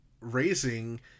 raising